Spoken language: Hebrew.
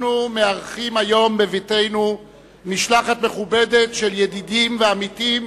אנחנו מארחים היום בביתנו משלחת מכובדת של ידידים ועמיתים,